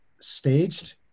staged